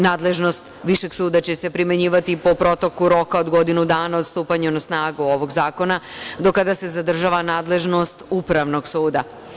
Nadležnost Višeg suda će se primenjivati po protoku roka od godinu dana od stupanja na snagu ovog zakona do kada se zadržava nadležnost Upravnog suda.